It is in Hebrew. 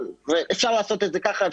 אפשר לעשות את זה ככה,